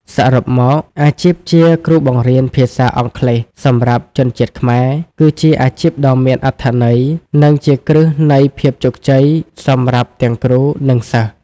សរុបមក អាជីពជាគ្រូបង្រៀនភាសាអង់គ្លេសសម្រាប់ជនជាតិខ្មែរ គឺជាអាជីពដ៏មានអត្ថន័យ និងជាគ្រឹះនៃភាពជោគជ័យសម្រាប់ទាំងគ្រូ និងសិស្ស។